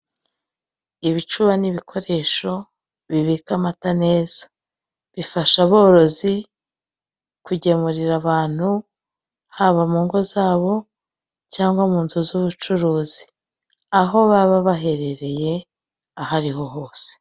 Ibicuba n'ibikoresho bibika amata neza, bifasha aborozi kugemurira abantu haba mu ngo zabo cyangwa mu nzu z'ubucuruzi, aho baba baherereye aho ariho hose.